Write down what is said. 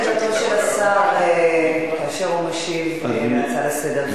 בואו נקשיב לעמדתו של השר כאשר הוא משיב להצעה לסדר-היום.